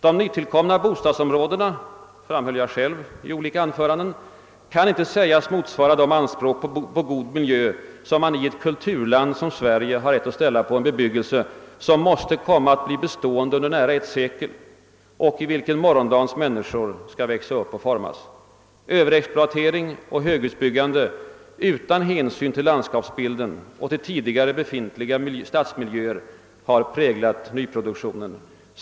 De nytillkomna bostadsområdena, framhöll jag själv i olika anföranden, kan inte sägas motsvara de anspråk på god miljö som man i ett kulturland som Sverige har rätt att ställa på en bebyggelse som måste komma att bli bestående under nära ett sekel och i vilken morgondagens människor skall växa upp och formas. Överexploatering och höghusbyggande utan hänsyn till landskapsbilden och till tidigare befintliga stadsmiljöer har präglat nyproduktionen.